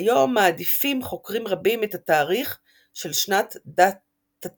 כיום מעדיפים חוקרים רבים את התאריך של שנת ד'תתצ"ח.